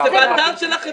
זה באתר של החברה.